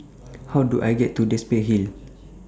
How Do I get to Dempsey Hill